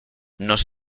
nos